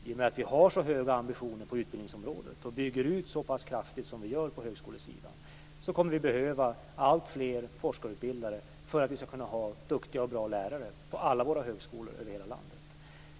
I och med att vi har så höga ambitioner på utbildningsområdet och bygger ut så pass kraftigt som vi gör på högskolesidan kommer vi att behöva alltfler forskarutbildade för att vi skall kunna ha duktiga och bra lärare på alla våra högskolor över hela landet.